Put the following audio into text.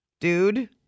Dude